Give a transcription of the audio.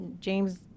james